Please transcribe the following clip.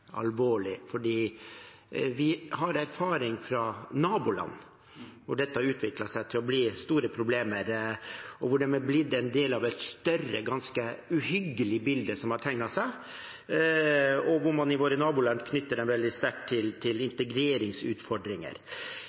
Vi har erfaringer fra naboland med at dette har utviklet seg til å bli store problemer – de har blitt en del av et større, ganske uhyggelig bilde som har tegnet seg, og i våre naboland knytter man dem veldig sterkt til integreringsutfordringer.